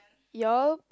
you all